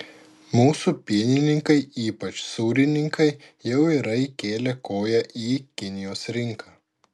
mūsų pienininkai ypač sūrininkai jau yra įkėlę koją į kinijos rinką